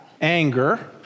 anger